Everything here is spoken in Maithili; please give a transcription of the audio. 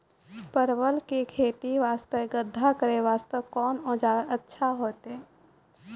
परवल के खेती वास्ते गड्ढा करे वास्ते कोंन औजार अच्छा होइतै?